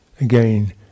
again